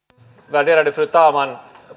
värderade fru talman